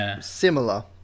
similar